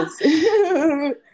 yes